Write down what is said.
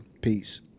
Peace